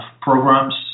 programs